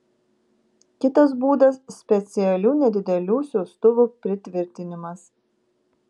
kitas būdas specialių nedidelių siųstuvų pritvirtinimas